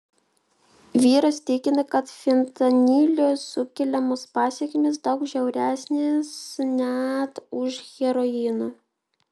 vyras tikina kad fentanilio sukeliamos pasekmės daug žiauresnės net už heroino